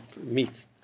meet